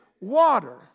water